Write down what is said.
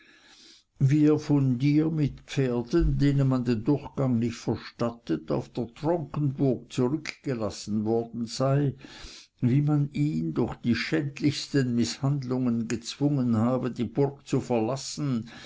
er von dir mit pferden denen man den durchgang nicht verstattet auf der tronkenburg zurückgelassen worden sei wie man ihn durch die schändlichsten mißhandlungen gezwungen habe die burg zu verlassen